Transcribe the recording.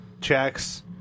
checks